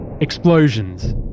explosions